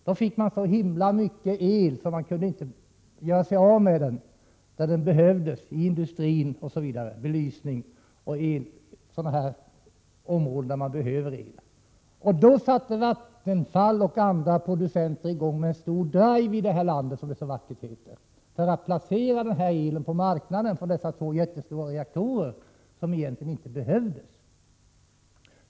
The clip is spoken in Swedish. Då producerades så mycket el att det var svårt att göra sig av med den i industrin, för belysning och på andra områden där el behövs. Vattenfall och andra producenter gjorde då en stor drive — som det så vackert heter — för att placera denna el på marknaden från de två jättestora reaktorerna, vilka egentligen inte behövdes.